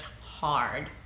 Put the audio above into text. hard